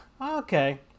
Okay